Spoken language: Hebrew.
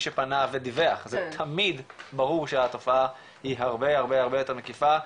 שפנה ודיווח אז זה תמיד ברור שהתופעה היא הרבה הרבה יותר מקיפה.